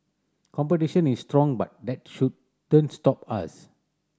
competition is strong but that shouldn't stop us